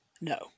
No